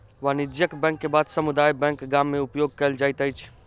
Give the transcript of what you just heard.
वाणिज्यक बैंक के बाद समुदाय बैंक गाम में उपयोग कयल जाइत अछि